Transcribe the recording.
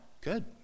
good